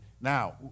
now